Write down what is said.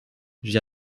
j’y